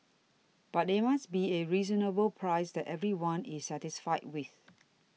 but it must be a reasonable price that everyone is satisfied with